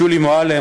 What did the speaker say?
שולי מועלם,